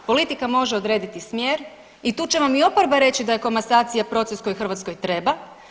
Politika može odrediti smjer i tu će vam i oporba reći da je komasacija proces koji Hrvatskoj treba.